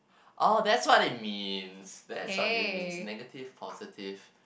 oh that's what it means that's what it means negative positive